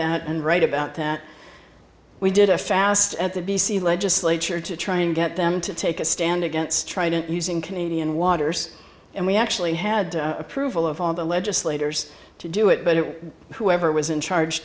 that and write about that we did a fast at the b c legislature to try and get them to take a stand against trident using canadian waters and we actually had approval of all the legislators to do it but it whoever was in charge